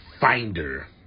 finder